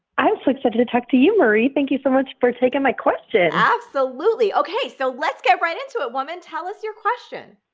i'm so excited to talk to you marie, thank you so much for taking my question. absolutely. okay, so let's get right into it, woman. tell us your question.